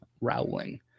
Rowling